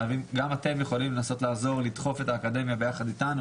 וגם אתם יכולים לנסות לעזור לדחוף את האקדמיה יחד איתנו,